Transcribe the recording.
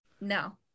no